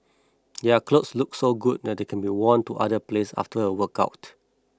their clothes look so good that they can be worn to other place after a workout